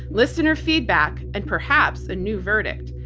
listener feedback, and perhaps a new verdict.